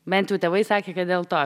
bent jau tėvai sakė kad dėl to